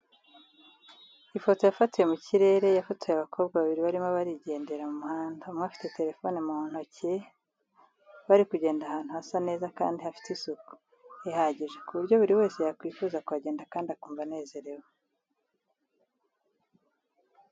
Ifoto yafatiwe mu kirere, yafotoye abakobwa babiri barimo barigendera mu muhanda, umwe afite telephone mu nkoke ze bari kugenda ahantu hasa neza kandi hafite isuku ihagije ku buryo buri wese yakwifuza kuhagenda kandi akumva anezerewe.